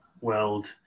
world